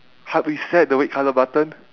hard reset the red colour button